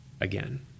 again